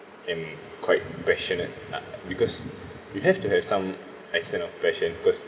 am quite passionate uh because you have to have some extent of passion because